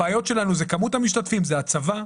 הבעיות שלנו זה כמות המשתתפים, זה הצבא,